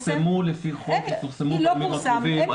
הם יפורסמו, לפי חוק, יפורסמו בימים הקרובים.